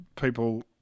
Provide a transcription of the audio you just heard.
people